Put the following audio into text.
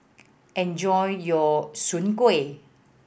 enjoy your Soon Kueh